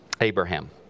Abraham